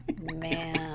Man